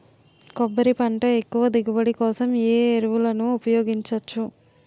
కొబ్బరి పంట ఎక్కువ దిగుబడి కోసం ఏ ఏ ఎరువులను ఉపయోగించచ్చు?